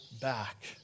back